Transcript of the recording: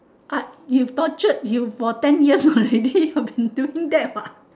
but you tortured you for ten years already you have been doing that what